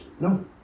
No